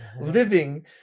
Living